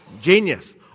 Genius